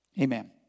Amen